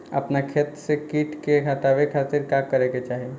अपना खेत से कीट के हतावे खातिर का करे के चाही?